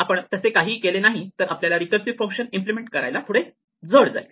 आपण तसे केले नाही तर आपल्याला रीकर्सिव्ह फंक्शन इम्प्लिमेंट करायला थोडे जड जाईल